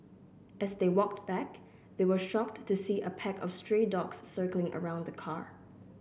as they walked back they were shocked to see a pack of stray dogs circling around the car